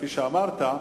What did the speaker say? כפי שאמרת,